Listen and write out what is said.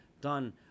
done